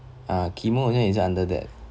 ah chemo 好像也是 is under that